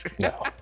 no